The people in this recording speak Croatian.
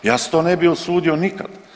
Ja se to ne bi usudio nikad.